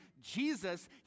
Jesus